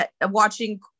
watching